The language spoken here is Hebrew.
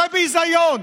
זה ביזיון,